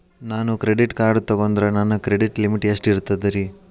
ನಾನು credit card ತೊಗೊಂಡ್ರ ನನ್ನ ಕ್ರೆಡಿಟ್ ಲಿಮಿಟ್ ಎಷ್ಟ ಇರ್ತದ್ರಿ?